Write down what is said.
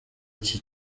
iki